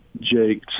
Jake